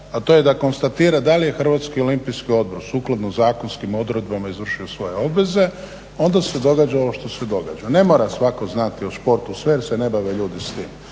a to je da konstatira da li je Hrvatski olimpijski odbor sukladno zakonskim odredbama izvršio svoje obveze onda se događa ovo što se događa. Ne mora svatko znati o sportu sve jer se ne bave ljudi svi